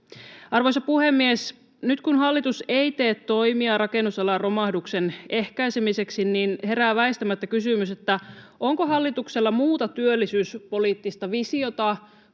Arvoisa puhemies! Nyt kun hallitus ei tee toimia rakennusalan romahduksen ehkäisemiseksi, niin herää väistämättä kysymys, onko hallituksella muuta työllisyyspoliittista visiota